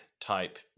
type